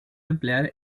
emplear